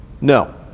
No